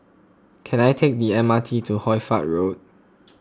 can I take the M R T to Hoy Fatt Road